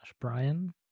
Brian